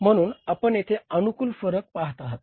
म्हणून आपण येथे अनुकूल फरक पाहत आहोत